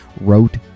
wrote